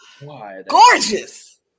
Gorgeous